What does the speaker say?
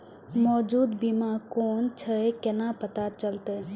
मौजूद बीमा कोन छे केना पता चलते?